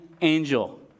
angel